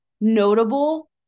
notable